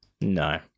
no